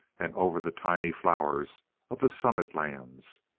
and over the tiny flowers of the summit lands.